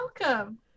welcome